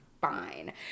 fine